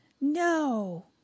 no